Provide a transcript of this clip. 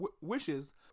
wishes